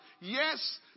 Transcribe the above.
Yes